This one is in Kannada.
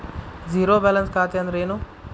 ಝೇರೋ ಬ್ಯಾಲೆನ್ಸ್ ಖಾತೆ ಅಂದ್ರೆ ಏನು?